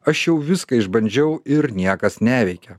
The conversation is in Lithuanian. aš jau viską išbandžiau ir niekas neveikia